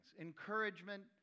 encouragement